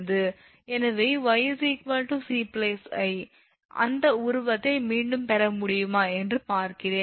எனவே 𝑦 𝑐I அந்த உருவத்தை மீண்டும் பெற முடியுமா என்று பார்க்கிறேன்